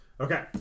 Okay